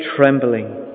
trembling